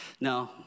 no